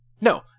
No